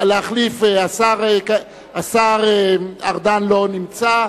נא להחליף: השר ארדן לא נמצא,